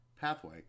pathway